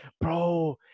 Bro